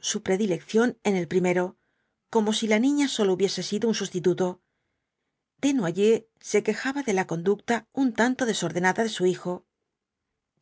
su predilección en el primero como si la niña sólo hubiese sido un sustituto desnoyers se quejaba de la conducta un tanto desordenada de su hijo